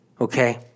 okay